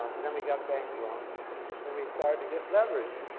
um then we got bank loans and so we started to get leveraged.